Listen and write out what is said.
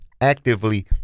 actively